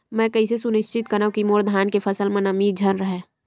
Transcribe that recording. मैं कइसे सुनिश्चित करव कि मोर धान के फसल म नमी झन रहे?